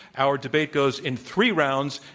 our debate goes in three rounds,